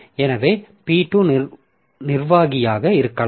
எனவே P2 நிர்வாகியாக இருக்கலாம்